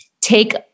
take